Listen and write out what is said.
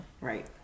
Right